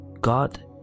God